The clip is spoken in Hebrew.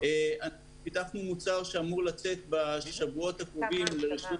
פיתחנו מוצר שאמור לצאת בשבועות הקרובים ---.